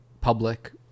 public